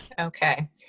Okay